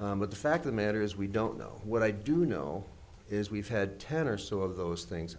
but the fact the matter is we don't know what i do know is we've had ten or so of those things